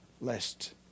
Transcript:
lest